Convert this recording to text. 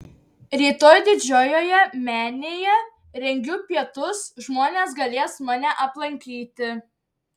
rytoj didžiojoje menėje rengiu pietus žmonės galės mane aplankyti